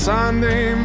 Sunday